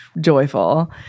joyful